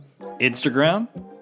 instagram